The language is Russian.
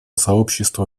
сообщества